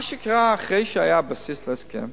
מה שקרה אחרי שהיה בסיס להסכם,